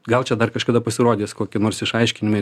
gal čia dar kažkada pasirodys koki nors išaiškinimai